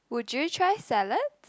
would you try salads